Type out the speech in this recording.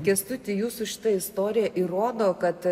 kęstuti jūsų šita istorija įrodo kad